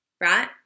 right